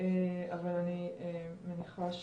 אבל אני מניחה שלא.